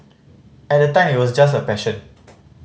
at the time it was just a passion